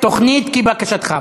תוכנית כבקשתך.